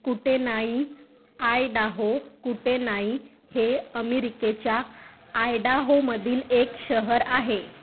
Kootenai Idaho Kootenai हे अमिरिकेच्या आयडाहोमधील एक शहर आहे